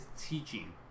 teaching